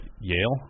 Yale